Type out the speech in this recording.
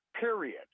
Period